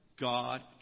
God